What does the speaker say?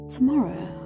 Tomorrow